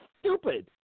stupid